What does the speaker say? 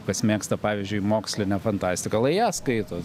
kas mėgsta pavyzdžiui mokslinę fantastiką lai ją skaito